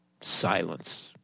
Silence